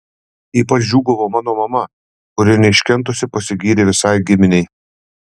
ypač džiūgavo mano mama kuri neiškentusi pasigyrė visai giminei